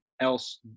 else